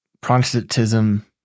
Protestantism